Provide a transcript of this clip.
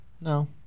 No